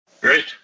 Great